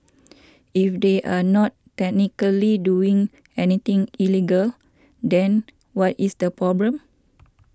if they are not technically doing anything illegal then what is the problem